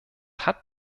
hat